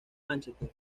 mánchester